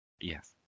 Yes